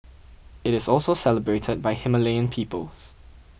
it is also celebrated by Himalayan peoples